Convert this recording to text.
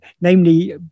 namely